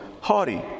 haughty